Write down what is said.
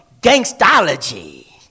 gangstology